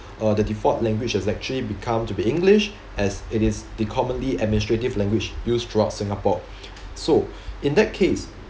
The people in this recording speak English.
uh the default language has actually become to be english as it is the commonly administrative language used throughout singapore so in that case